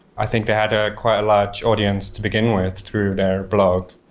i think they had ah quite a large audience to begin with through their blog.